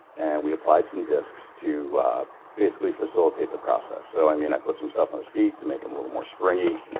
and we applied some discs to basically facilitate the process. so, i mean i put some stuff on his feet to make him a little more springy,